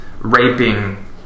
raping